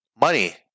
money